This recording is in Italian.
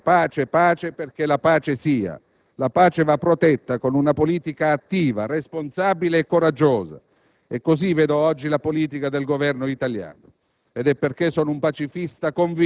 Non basta gridare «pace, pace, pace» perché la pace sia. La pace va protetta con una politica attiva, responsabile e coraggiosa e così vedo oggi la politica del Governo italiano.